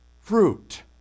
fruit